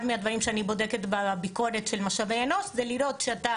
אחד מהדברים שאני בודקת בביקורת של משאבי אנוש זה לראות שאתה